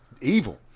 evil